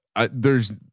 ah there's.